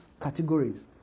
categories